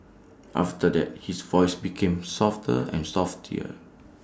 after that his voice became softer and